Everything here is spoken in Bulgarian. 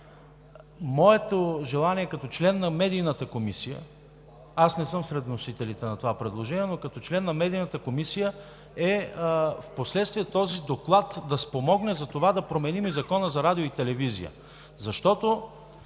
Моето желание, като член на Медийната комисия, аз не съм сред вносителите на това предложение, но като член на Медийната комисия е впоследствие този доклад да спомогне затова да променим Закона за радиото и телевизията, защото